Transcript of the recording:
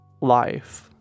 life